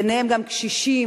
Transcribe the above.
ביניהם גם קשישים,